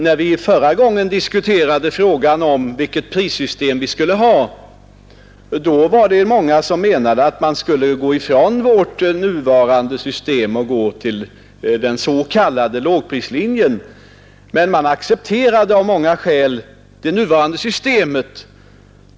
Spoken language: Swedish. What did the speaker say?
När vi förra gången diskuterade frågan om vilket prissystem vi skulle ha, var det många som menade att man skulle gå ifrån vårt nuvarande system och gå på den s.k. lågprislinjen. Men man accepterade av många skäl det nuvarande systemet.